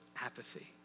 apathy